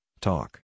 talk